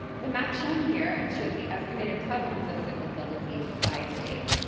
the map shown here shows the estimated prevalence of sickle cell disease by state.